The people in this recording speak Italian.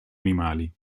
animali